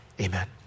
amen